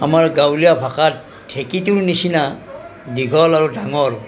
আমাৰ গাঁৱলীয়া ভাষাত ঢেঁকিটোৰ নিচিনা দীঘল আৰু ডাঙৰ